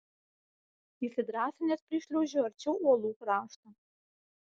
įsidrąsinęs prišliaužiu arčiau uolų krašto